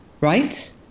right